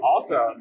Awesome